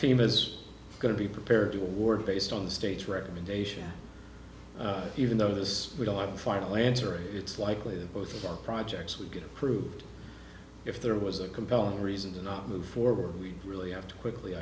fim is going to be prepared to award based on the state's recommendation even though those who don't have the final answer it's likely that both of your projects would get approved if there was a compelling reason to not move forward we really have to quickly